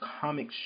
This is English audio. comic